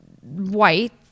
white